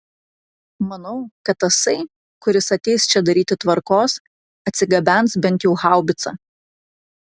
manau kad tasai kuris ateis čia daryti tvarkos atsigabens bent jau haubicą